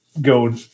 go